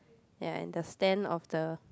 and the stand of the